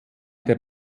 der